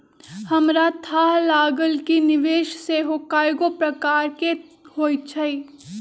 हमरा थाह लागल कि निवेश सेहो कएगो प्रकार के होइ छइ